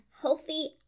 healthy